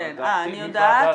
אני יודעת,